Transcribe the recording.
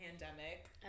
pandemic